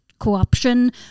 co-option